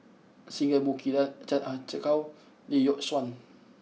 Singai Mukilan Chan Ah Kow Lee Yock Suan